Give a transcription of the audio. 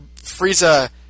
Frieza